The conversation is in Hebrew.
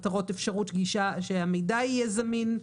כדי שהמידע יהיה זמין.